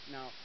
Now